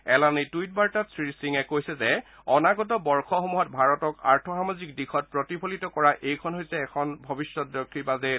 এলানি টুইট বাৰ্তাত শ্ৰীসিঙে কৈছে যে অনাগত বৰ্যসমূহত ভাৰতক আৰ্থ সামাজিক দিশত প্ৰতিফলিত কৰা এইখন হৈছে এখন ভৱষ্যদৰ্শী বাজেট